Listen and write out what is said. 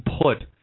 put